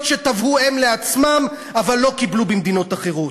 שתבעו הם לעצמם אבל לא קיבלו במדינות אחרות".